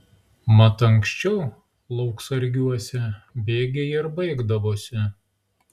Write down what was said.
mat anksčiau lauksargiuose bėgiai ir baigdavosi